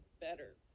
better